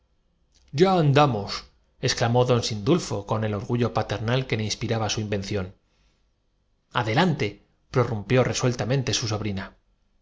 ya andamosexclamó don sindulfo con el orgu llo paternal que le inspiraba su invención adelanteprorrumpió resueltamente su